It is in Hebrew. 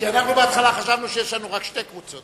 כי אנחנו בהתחלה חשבנו שיש לנו רק שתי קבוצות,